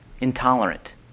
Intolerant